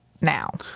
now